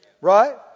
right